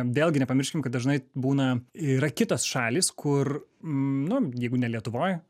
vėlgi nepamirškim kad dažnai būna yra kitos šalys kur nu jeigu ne lietuvoj